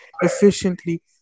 efficiently